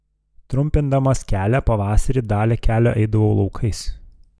trumpindamas kelią pavasarį dalį kelio eidavau laukais